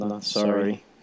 Sorry